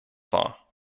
war